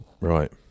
Right